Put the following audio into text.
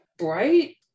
Right